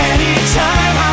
Anytime